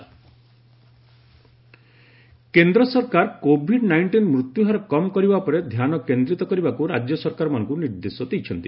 centre states କେନ୍ଦ୍ର ସରକାର COVID nineteen ମୃତ୍ୟୁହାର କମ୍ କରିବା ଉପରେ ଧ୍ୟାନ କେନ୍ଦ୍ରୀତ କରିବାକୁ ରାଜ୍ୟ ସରକାରମାନଙ୍କୁ ନିର୍ଦ୍ଦେଶ ଦେଇଛନ୍ତି